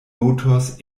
motors